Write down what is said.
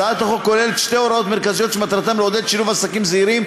הצעת החוק כוללת שתי הוראות מרכזיות שמטרתן לעודד שילוב עסקים זעירים,